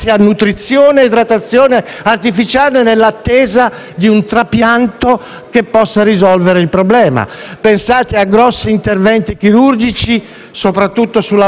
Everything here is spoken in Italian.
che possa risolvere il problema. Pensate a grossi interventi chirurgici, soprattutto sull'apparato digerente e non solo, che nei primi venti-trenta giorni